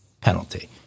penalty